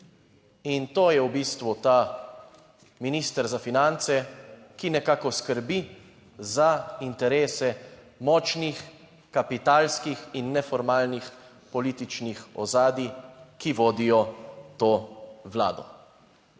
In to je v bistvu ta minister za finance, ki nekako skrbi za interese močnih kapitalskih in neformalnih političnih ozadij, ki vodijo to Vlado.